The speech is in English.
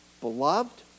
Beloved